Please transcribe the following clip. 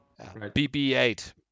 BB8